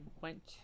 went